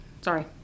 Sorry